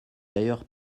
d’ailleurs